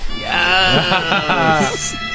Yes